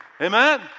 Amen